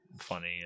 funny